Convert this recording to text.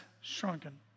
shrunken